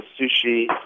Sushi